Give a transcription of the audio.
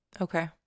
Okay